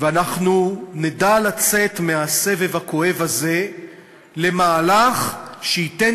ואנחנו נדע לצאת מהסבב הכואב הזה למהלך שייתן